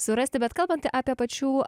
surasti bet kalbant apie pačių